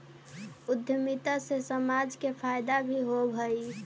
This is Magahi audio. उद्यमिता से समाज के फायदा भी होवऽ हई